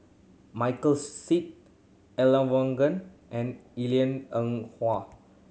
Michael Seet Elangovan and Yee Lian Eng Hwa